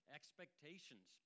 expectations